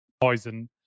poison